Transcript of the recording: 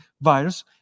virus